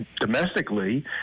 domestically